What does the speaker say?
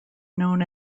known